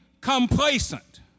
complacent